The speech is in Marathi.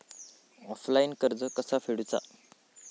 ऑफलाईन कर्ज कसा फेडूचा?